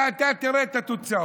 ואתה תראה את התוצאות.